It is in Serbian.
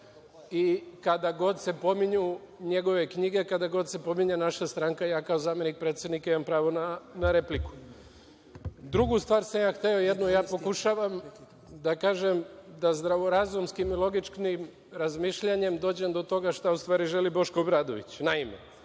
i kada god se pominju njegove knjige, kada god se pominje naša stranka, a ja kao zamenik predsednika imam pravo na repliku. Drugu stvar sam hteo. Pokušavam da kažem da zdravorazumskim i logičnim razmišljanjem dođem do toga šta u stvari želi Boško Obradović. Naime,